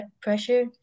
pressure